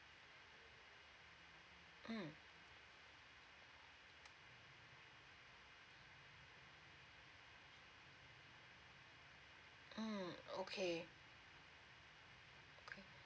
mm